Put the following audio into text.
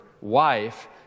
wife